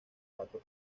cuatro